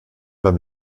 beim